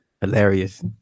Hilarious